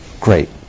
great